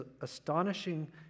astonishing